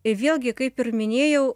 ir vėlgi kaip ir minėjau